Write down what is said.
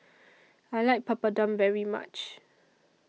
I like Papadum very much